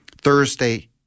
Thursday